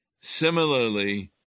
Similarly